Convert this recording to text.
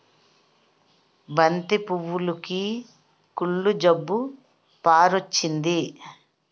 బంతి పువ్వులుకి కుళ్ళు జబ్బు పారొచ్చింది